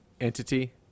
Entity